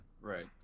right